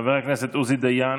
חבר הכנסת עוזי דיין,